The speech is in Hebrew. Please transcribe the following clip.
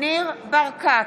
ניר ברקת,